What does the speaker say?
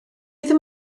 ddim